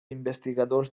investigadors